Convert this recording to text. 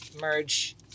merge